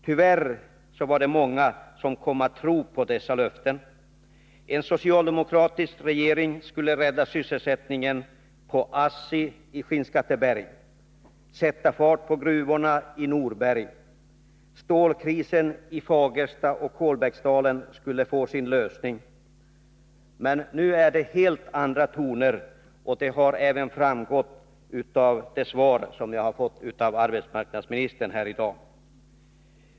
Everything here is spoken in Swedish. Tyvärr var det många som kom att tro på dessa löften. En socialdemokratisk regering skulle rädda sysselsättningen på ASSI i Skinnskatteberg, sätta fart på gruvorna i Norberg och lösa stålkrisen i Fagersta och Kolbäcksdalen. Men nu är det helt andra toner. Det framgår även av det svar som jag har fått av arbetsmarknadsministern här i dag.